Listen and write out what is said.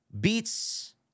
beats